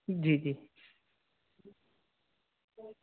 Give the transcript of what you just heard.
जी जी